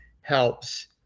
helps